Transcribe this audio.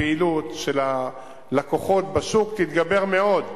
הפעילות של הלקוחות בשוק תגבר מאוד.